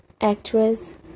actress